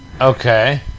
okay